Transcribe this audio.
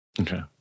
Okay